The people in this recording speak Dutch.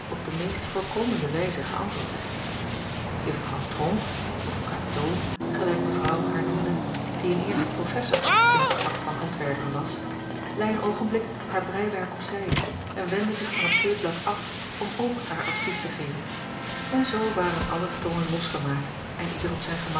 op de meest voorkomende wijze geäntwoord werd juffrouw tronck of katoo gelijk mevrouw haar noemde die een eerste professor in t vak van handwerken was leî een oogenblik haar breiwerk op zijde en wendde zich van het theeblad af om ook haar advies te geven en zoo waren alle tongen losgemaakt en ieder op zijn gemak